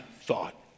thought